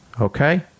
Okay